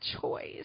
choice